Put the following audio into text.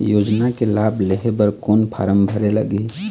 योजना के लाभ लेहे बर कोन फार्म भरे लगही?